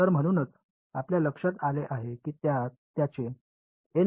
तर म्हणूनच आपल्या लक्षात आले आहे की त्याचे एन 1